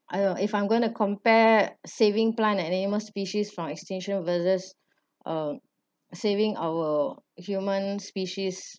!aiyo! if I'm going to compare saving plant and animal species from extinction versus uh saving our human species